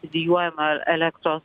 studijuojama elektros